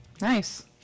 Nice